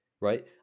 right